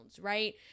right